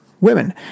women